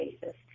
basis